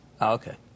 Okay